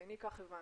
כי אני כך הבנתי.